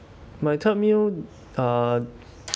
my third meal uh